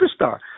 superstar